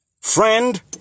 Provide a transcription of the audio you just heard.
Friend